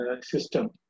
system